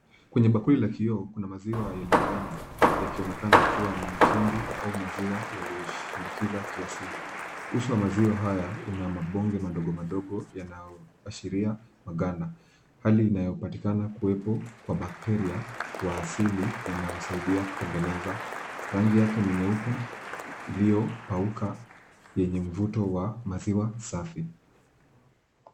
Kwenye bakuli la vioo kuna maziwa yaliyoganda yakionekana kuwa ni matindi au maziwa yaliyoshinikiza kiasili. Uso wa maziwa haya una mabonge madogo madogo yanayoashiria kuganda, hali inayopatikana kuwepo kwa bakteria wa asili wanaosaidia kutengeneza. Rangi yake ni nyeupe iliyokauka yenye mvuto wa maziwa safi.